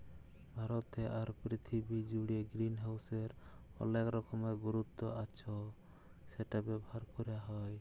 ভারতে আর পীরথিবী জুড়ে গ্রিনহাউসের অলেক রকমের গুরুত্ব আচ্ছ সেটা ব্যবহার ক্যরা হ্যয়